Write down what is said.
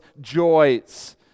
joys